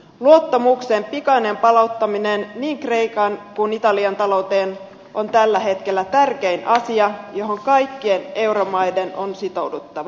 luottamuksen pikainen palauttaminen niin kreikan kuin italian talouteen on tällä hetkellä tärkein asia johon kaikkien euromaiden on sitouduttava